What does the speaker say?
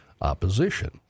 opposition